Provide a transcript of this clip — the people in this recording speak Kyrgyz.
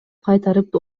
кайтарып